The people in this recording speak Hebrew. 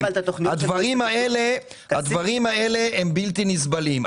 הדברים האלה הם בלתי נסבלים.